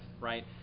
right